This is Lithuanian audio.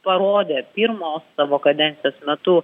parodė pirmos savo kadencijos metu